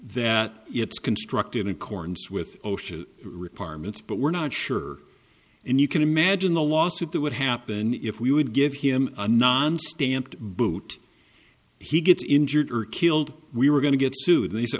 it's constructive and corns with osha requirements but we're not sure and you can imagine the lawsuit that would happen if we would give him a non stamped boot he gets injured or killed we were going to get sued they said